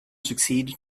succeed